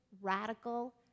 radical